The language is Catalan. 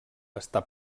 està